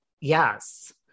yes